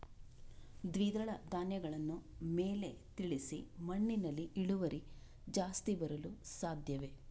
ದ್ವಿದಳ ಧ್ಯಾನಗಳನ್ನು ಮೇಲೆ ತಿಳಿಸಿ ಮಣ್ಣಿನಲ್ಲಿ ಇಳುವರಿ ಜಾಸ್ತಿ ಬರಲು ಸಾಧ್ಯವೇ?